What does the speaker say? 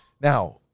Now